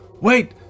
Wait